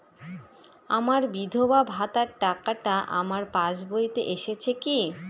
আমার বিধবা ভাতার টাকাটা আমার পাসবইতে এসেছে কি?